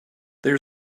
there